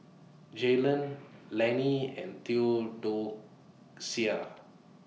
Jaylon Lanny and Theodocia